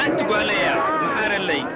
i think